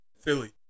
Philly